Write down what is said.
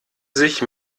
sich